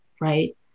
Right